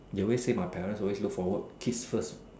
they always say my parents look forward kids first